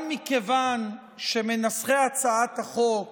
גם מכיוון שמנסחי הצעת החוק